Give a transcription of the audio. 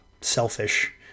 selfish